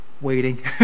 Waiting